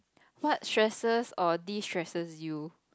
what stresses or de stresses you